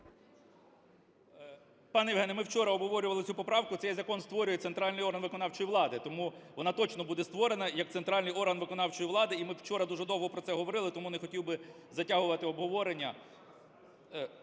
Пане Євгене, ми вчора обговорювали цю поправку. Цей закон створює центральний орган виконавчої влади, тому вона точно буде створена як центральний орган виконавчої влади, і ми вчора дуже довго про це говорили, тому не хотів би затягувати обговорення.